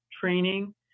training